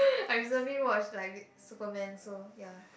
I recently watch like Superman so ya